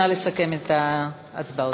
נא לסכם את ההצבעות.